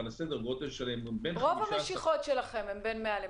אבל הכמות שלהן היא בין 15% ל --- רוב המשיכות שלכם הן בין 100 ל-200.